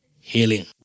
healing